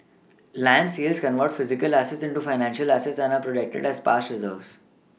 land sales convert physical assets into financial assets and are a protected as past Reserves